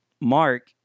Mark